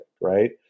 right